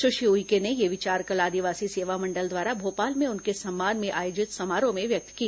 सुश्री उइके ने यह विचार कल आदिवासी सेवा मण्डल द्वारा भोपाल में उनके सम्मान में आयोजित समारोह में व्यक्त की